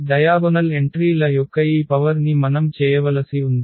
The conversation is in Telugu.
డయాగొనల్ ఎంట్రీ ల యొక్క ఈ పవర్ ని మనం చేయవలసి ఉంది